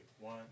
One